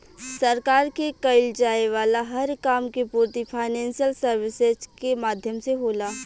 सरकार के कईल जाये वाला हर काम के पूर्ति फाइनेंशियल सर्विसेज के माध्यम से होला